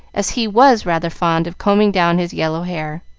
as he was rather fond of combing down his yellow hair,